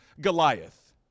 Goliath